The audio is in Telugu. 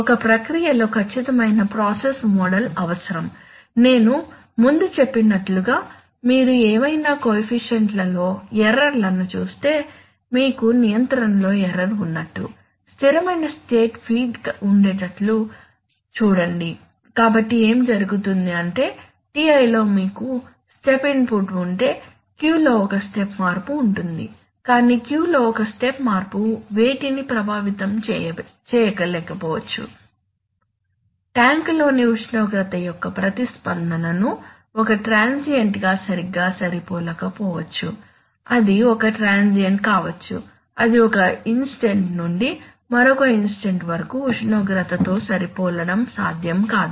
ఒక ప్రక్రియలో ఖచ్చితమైన ప్రాసెస్ మోడల్ అవసరం నేను ముందు చెప్పినట్లుగా మీరు ఏవైనా కోఎఫిసిఎంట్ లలో ఎర్రర్ లను చూస్తే మీకు నియంత్రణలో ఎర్రర్ ఉన్నట్టు స్థిరమైన స్టేట్ ఫీడ్ ఉండేటట్లు చూడండి కాబట్టి ఏమి జరుగుతుంది అంటే Ti లో మీకు స్టెప్ ఇన్పుట్ ఉంటే Q లో ఒక స్టెప్ మార్పు ఉంటుంది కానీ Q లో ఒక స్టెప్ మార్పు వేటిని ప్రభావితం చేయకపోవచ్చు ట్యాంక్లోని ఉష్ణోగ్రత యొక్క ప్రతిస్పందనను ఒక ట్రాన్సియెంట్గా సరిగ్గా సరిపోలకపోవచ్చు అది ఒక ట్రాన్సియెంట్ కావచ్చు అది ఒక ఇన్స్టంట్ నుండి మరొక ఇన్స్టంట్ వరకు ఉష్ణోగ్రతతో సరిపోలడం సాధ్యం కాదు